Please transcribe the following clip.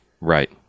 Right